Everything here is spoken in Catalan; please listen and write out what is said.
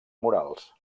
murals